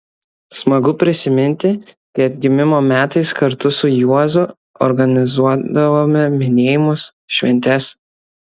smagu prisiminti kai atgimimo metais kartu su juozu organizuodavome minėjimus šventes